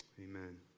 amen